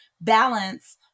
balance